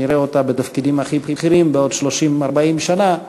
שנראה אותם בתפקידים הכי בכירים בעוד 40-30 שנה,